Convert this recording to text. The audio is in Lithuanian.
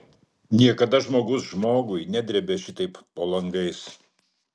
niekada žmogus žmogui nedrėbė šitaip po langais